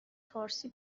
فارسی